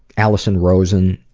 alison rosen,